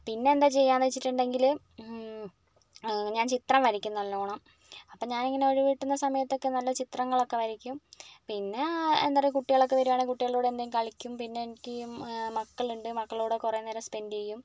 പിന്നെ എന്താണ് ചെയ്യുക എന്ന് വെച്ചിട്ടുണ്ടെങ്കില് ഉം ഞാൻ ചിത്രം വരയ്ക്കും നല്ലോണം അപ്പോൾ ഞാനിങ്ങനെ ഒഴിവു കിട്ടുന്ന സമയത്തൊക്കെ നല്ല ചിത്രങ്ങളൊക്കെ വരയ്ക്കും പിന്നെ എന്താ പറയുക കുട്ടികളൊക്കെ വരുവാണെങ്കിൽ കുട്ടികളുടെ കൂടെയെന്തെങ്കിലും കളിക്കും പിന്നെയെനിക്ക് മക്കളുണ്ട് മക്കൾടെ കൂടെ കുറെ നേരം സ്പെൻഡ് ചെയ്യും